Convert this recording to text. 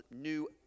new